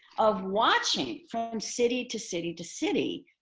of watching from city to city to city,